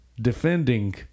defending